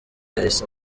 yahise